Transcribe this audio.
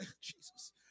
Jesus